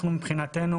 מבחינתנו